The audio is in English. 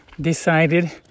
decided